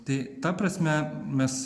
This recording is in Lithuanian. tai ta prasme mes